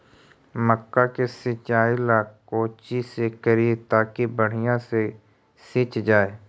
मक्का के सिंचाई ला कोची से करिए ताकी बढ़िया से सींच जाय?